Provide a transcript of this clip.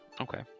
Okay